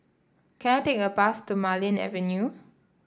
can I take a bus to Marlene Avenue